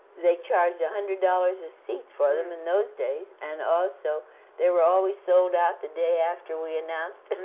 they charged one yeah hundred dollars a seat for them in those days, and also they were always sold out the day after we announced it,